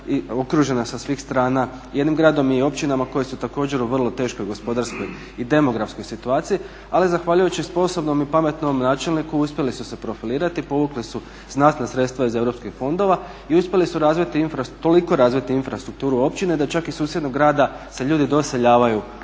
okružena sa svih strana jednim gradom i općinama koje su također u vrlo teškoj gospodarskoj i demografskoj situaciji, ali zahvaljujući sposobnom i pametnom načelniku uspjeli su se profilirati, povukli su znatna sredstva iz europskih fondova i uspjeli su toliko razviti infrastrukturu općine da se čak iz susjednog grada ljudi doseljavaju